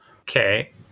Okay